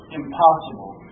impossible